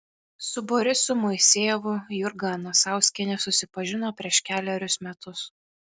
su borisu moisejevu jurga anusauskienė susipažino prieš kelerius metus